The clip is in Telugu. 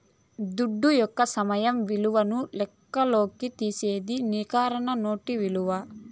దుడ్డు యొక్క సమయ విలువను లెక్కల్లోకి తీసేదే నికర నేటి ఇలువ